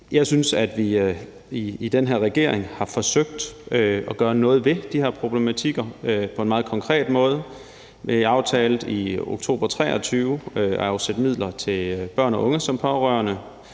Jeg synes, at vi i den her regering har forsøgt at gøre noget ved de her problematikker på en meget konkret måde. Vi aftalte i oktober 2023 at afsætte midler til børn og unge som pårørende.